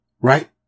Right